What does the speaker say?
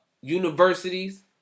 universities